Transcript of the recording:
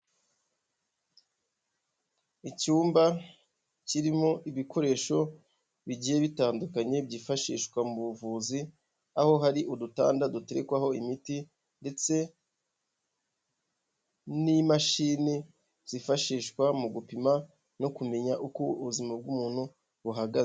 Icyumba kirimo ibikoresho bigiye bitandukanye byifashishwa mu buvuzi, aho hari udutanda duterekwaho imiti ndetse n'imashini zifashishwa mu gupima no kumenya uko ubuzima bw'umuntu buhagaze.